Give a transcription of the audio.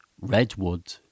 redwood